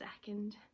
second